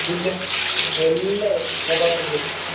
ഇല്ല എല്ലാം അതെ കോപ്പ അമേരിക്ക ജയിച്ചു